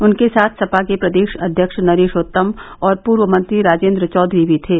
उनके साथ सपा के प्रदेश अध्यक्ष नरेश उत्तम और पूर्व मंत्री राजेन्द्र चौधरी भी थे